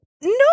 No